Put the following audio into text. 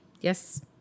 yes